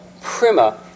primer